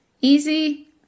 Easy